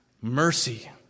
mercy